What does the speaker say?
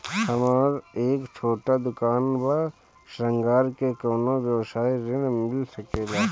हमर एक छोटा दुकान बा श्रृंगार के कौनो व्यवसाय ऋण मिल सके ला?